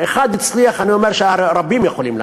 אם אחד הצליח, אני אומר שרבים יכולים להצליח.